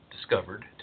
discovered